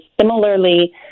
similarly